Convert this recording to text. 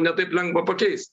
ne taip lengva pakeist